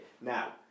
Now